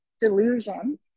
delusion